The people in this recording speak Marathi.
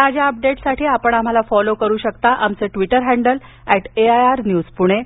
ताज्या अपडेट्ससाठी आपण आम्हाला फॉलो करू शकता आमचं Twitter handle at AIR news Pune